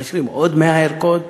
מאשרים עוד 100 ערכות,